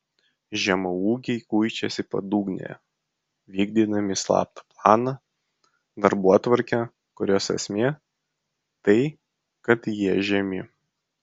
žemaūgiai kuičiasi padugnėje vykdydami slaptą planą darbotvarkę kurios esmė tai kad jie žemi